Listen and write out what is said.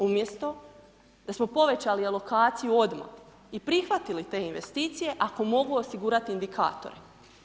Umjesto da smo povećali alokaciju odmah i prihvatili te investicije ako mogu osigurati indikatore.